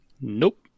Nope